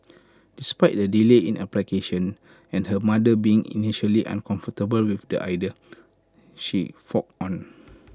despite the delay in application and her mother being initially uncomfortable with the idea she forged on